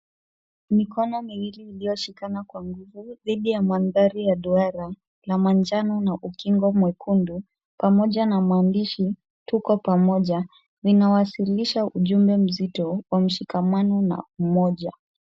Mikono miwili iliyoshikana kwa nguvu dhidi ya mandhari ya duara na manjano na ukingo mwekundu, pamoja na maandishi, Tuko Pamoja. Linawakilisha ujumbe mzito wa mshikamano na umoja.